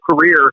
career